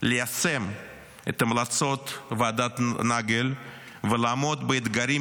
ליישם את המלצות ועדת נגל ולעמוד באתגרים